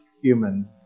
human